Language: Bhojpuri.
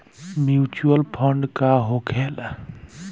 म्यूचुअल फंड का होखेला?